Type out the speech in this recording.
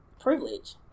privilege